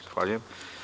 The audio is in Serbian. Zahvaljujem.